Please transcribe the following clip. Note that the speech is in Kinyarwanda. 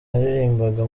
yaririmbaga